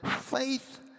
faith